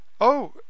Oh